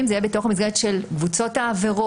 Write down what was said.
זה יהיה בתוך המסגרת של קבוצות העבירות,